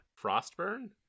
Frostburn